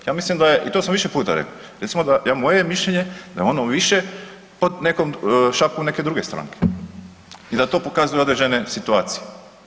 Ja mislim da je, i to sam više puta rekao, recimo da, moje je mišljenje da je ono više pod nekog šapom neke druge stranke i da to pokazuju određene situacije.